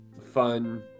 fun